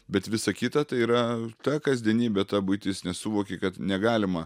bet visa kita tai yra ta kasdienybė ta buitis nes suvoki kad negalima